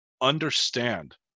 understand